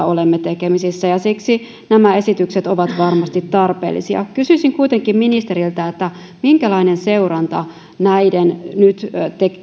olemme tekemisissä ja siksi nämä esitykset ovat varmasti tarpeellisia kysyisin kuitenkin ministeriltä minkälainen seuranta näiden nyt